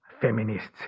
feminists